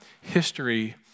history